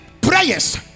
prayers